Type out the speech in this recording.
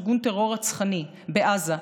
ארגון טרור רצחני בעזה,